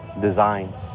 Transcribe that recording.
designs